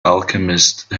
alchemist